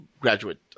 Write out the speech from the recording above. graduate